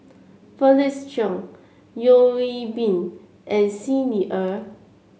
Felix Cheong Yeo Hwee Bin and Xi Ni Er